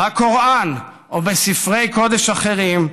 בקוראן או בספרי קודש אחרים,